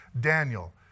Daniel